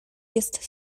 jest